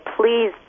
please